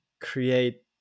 create